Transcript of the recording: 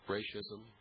Racism